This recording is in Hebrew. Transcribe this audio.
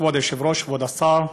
כבוד היושב-ראש, כבוד השר,